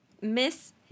Miss